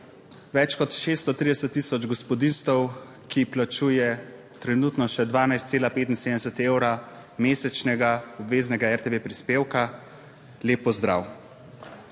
Več kot 630 tisoč gospodinjstev, ki plačujete trenutno še 12,75 evra mesečnega obveznega RTV prispevka, lep pozdrav!